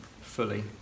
fully